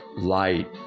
light